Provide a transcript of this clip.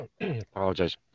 apologize